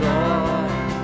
Lord